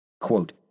Quote